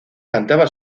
cantaba